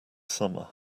summer